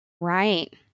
Right